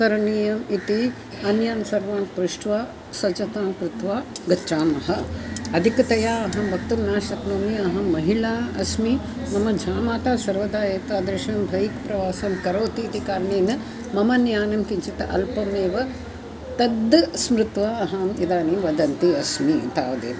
करणीयम् इति अन्यं सर्वं पृष्ट्वा सज्जतां कृत्वा गच्छामः अधिकतया अहं वक्तुं न शक्नोमि अहं महिला अस्मि मम जामाता सर्वदा एतादृशं बैक् प्रवासं करोति इति कारणेन मम ज्ञानं किञ्चित् अल्पमेव तद् स्मृत्वा अहम् इदानीं वदती अस्मि तावदेव